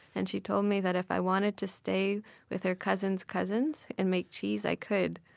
and she told me that if i wanted to stay with her cousin's cousins and make cheese, i could.